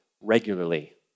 regularly